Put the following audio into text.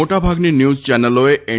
મોટાભાગની ન્યુઝ ચેનલોએ એન